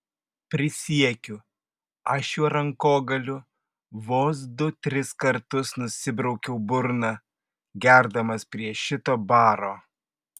prisiekiu aš šiuo rankogaliu vos du tris kartus nusibraukiau burną gerdamas prie šito baro